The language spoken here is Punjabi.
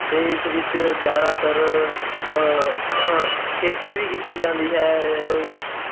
ਅਤੇ ਇਸ ਵਿੱਚ ਜ਼ਿਆਦਾਤਰ ਖੇਤੀ ਵੀ ਕੀਤੀ ਜਾਂਦੀ ਹੈ